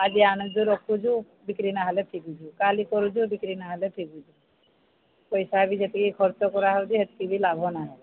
ଆଜି ଆଣୁଛୁ ରଖୁଛୁ ବିକ୍ରି ନହେଲେ ଚିଡ଼ୁଛୁ କାଲି କରୁଛୁ ବିକ୍ରି ନହେଲେ ଚିଡ଼ୁଛୁ ପଇସା ବି ଯେତିକି ଖର୍ଚ୍ଚ କରାହେଉଛି ସେତିକି ବି ଲାଭ ନାହି ହେବା